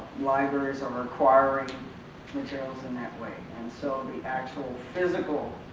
libraries are requiring materials in that way and so the actual physical